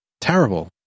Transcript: terrible